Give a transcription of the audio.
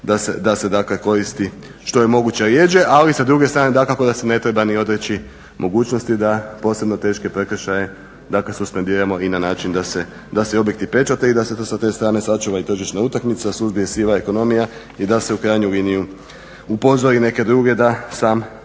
dakle koristi što je moguće rjeđe. Ali sa druge strane dakako da se ne treba ni odreći mogućnosti da posebno teške prekršaje dakle suspendiramo i na način da se objekti pečate i da se ta strane sačuva i tržišna utakmica, suzbije siva ekonomija i da se u krajnjoj liniji upozori neke druge da sam